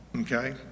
Okay